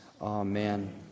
Amen